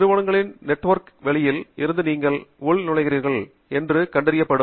நிறுவனங்களின் நெட்வொர்க்கிற்கு வெளியில் இருந்து நீங்கள் உள்நுழைகிறீர்கள் என்று கண்டறியப்படும்